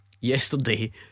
yesterday